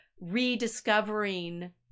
rediscovering